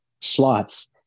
slots